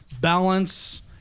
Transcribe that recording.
balance